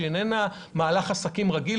שאיננה מהלך עסקים רגיל,